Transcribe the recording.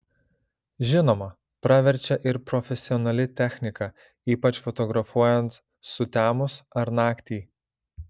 žinoma praverčia ir profesionali technika ypač fotografuojant sutemus ar naktį